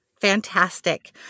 Fantastic